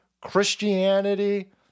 Christianity